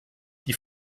die